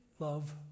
love